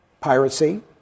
piracy